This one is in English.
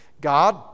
God